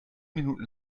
minuten